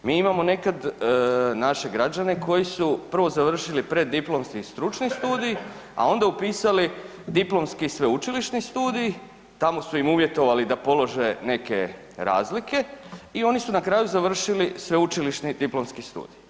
Mi imamo nekad naše građane koji su prvo završili preddiplomski stručni studij a onda upisali diplomski sveučilišni studij, tamo su im uvjetovali da polože neke razlike i oni su na kraju sveučilišni diplomski studij.